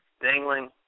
dangling